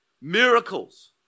miracles